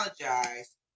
apologize